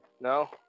No